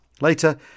Later